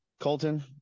Colton